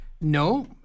No